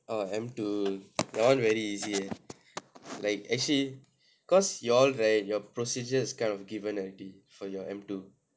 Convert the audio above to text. orh M two that [one] very easy eh like actually cause you all right your procedure's kind of given already for your M two